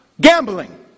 Gambling